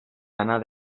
anar